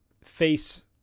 face